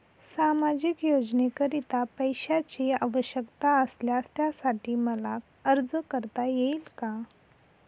सामाजिक योजनेकरीता पैशांची आवश्यकता असल्यास त्यासाठी मला अर्ज करता येईल का?